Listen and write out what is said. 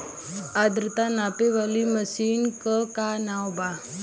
आद्रता नापे वाली मशीन क का नाव बा?